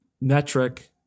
metric